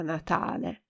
Natale